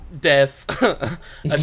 death